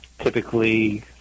typically